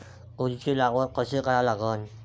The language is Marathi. तुरीची लागवड कशी करा लागन?